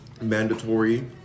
mandatory